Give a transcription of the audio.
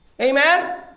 Amen